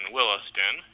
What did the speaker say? Williston